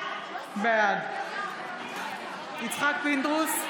בעד יצחק פינדרוס,